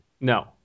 No